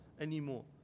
anymore